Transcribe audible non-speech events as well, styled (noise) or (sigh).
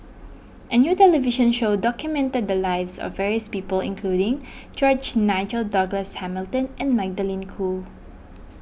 a new television show documented the lives of various people including (noise) George Nigel Douglas Hamilton and Magdalene Khoo